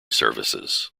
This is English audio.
services